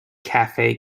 cafe